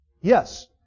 Yes